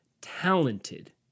talented